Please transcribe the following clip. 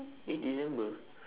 eh december